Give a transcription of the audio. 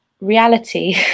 reality